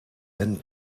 and